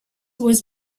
was